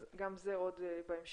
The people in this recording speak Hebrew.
אז גם זה עוד בהמשך,